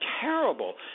terrible